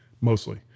mostly